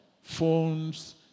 Phones